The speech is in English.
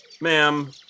Ma'am